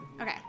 okay